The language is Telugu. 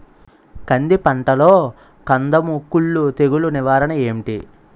కంది పంటలో కందము కుల్లు తెగులు నివారణ ఏంటి?